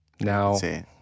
Now